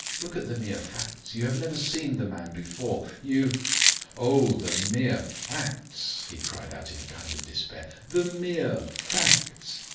look at the mere facts. you have never seen the man before, you oh, the mere facts, he cried out in a kind of despair. the mere facts!